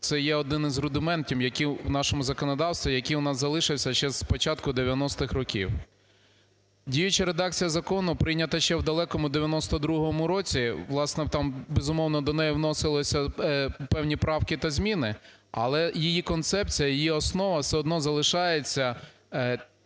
це є один із рудиментів, який в нашому законодавстві, який у нас залишився ще з початку 90 років. Діюча редакція закону прийнята ще в далекому 92 році, власне, там, безумовно, до неї вносилися певні правки та зміни, але її концепція, її основа все одно залишається,